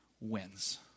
wins